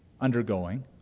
undergoing